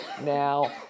now